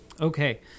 okay